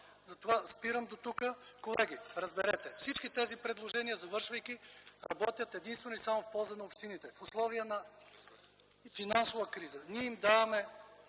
за това. Спирам до тук. Колеги, разберете, всички тези предложения, завършвайки, работят единствено и само в полза на общините, в условия на финансова криза. Ние им даваме